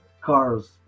cars